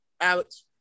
Alex